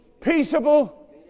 peaceable